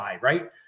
Right